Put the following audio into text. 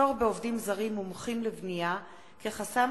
מחסור בעובדים זרים מומחים לבנייה כחסם